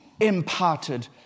imparted